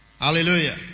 Hallelujah